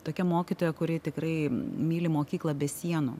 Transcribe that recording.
tokia mokytoja kuri tikrai myli mokyklą be sienų